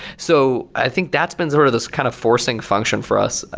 so i think that's been sort of this kind of forcing function for us.